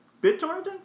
Bit-torrenting